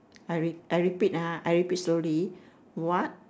I re~ repeat ah I repeat slowly what